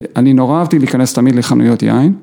אני נורא אהבתי להיכנס תמיד לחנויות יין.